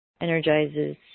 energizes